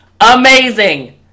Amazing